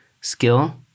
skill